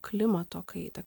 klimato kaitą